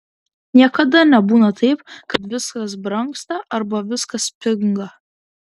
niekada nebūna taip kad viskas brangsta arba viskas pinga